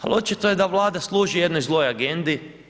Al očito je da Vlada služi jednoj zloj agendi.